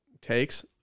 takes